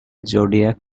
zodiac